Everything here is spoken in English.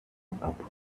approached